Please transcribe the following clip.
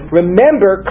remember